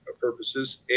purposes